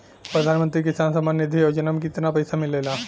प्रधान मंत्री किसान सम्मान निधि योजना में कितना पैसा मिलेला?